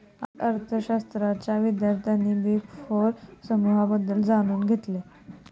आज अर्थशास्त्राच्या विद्यार्थ्यांनी बिग फोर समूहाबद्दल जाणून घेतलं